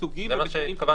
מסוגים מסוימים.